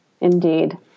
Indeed